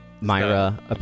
Myra